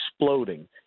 exploding